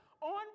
on